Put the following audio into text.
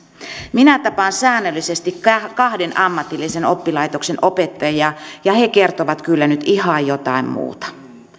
minä tapaan säännöllisesti kahden ammatillisen oppilaitoksen opettajia ja he kertovat kyllä nyt ihan jotain muuta